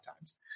times